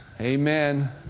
Amen